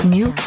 New